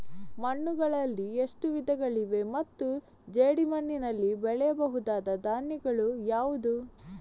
ಮಣ್ಣುಗಳಲ್ಲಿ ಎಷ್ಟು ವಿಧಗಳಿವೆ ಮತ್ತು ಜೇಡಿಮಣ್ಣಿನಲ್ಲಿ ಬೆಳೆಯಬಹುದಾದ ಧಾನ್ಯಗಳು ಯಾವುದು?